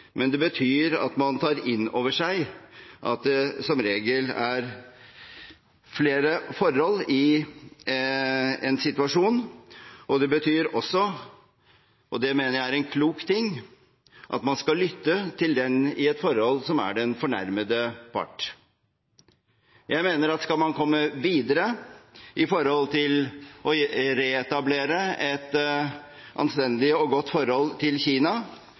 men det betyr at man tar inn over seg at det som regel er flere forhold i en situasjon, og det betyr også – og det mener jeg er en klok ting – at man skal lytte til den i et forhold som er den fornærmede part. Jeg mener at skal man komme videre med tanke på å reetablere et anstendig og godt forhold til Kina,